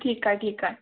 ठीकु आहे ठीकु आहे